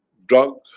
drug,